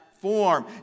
form